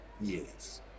Yes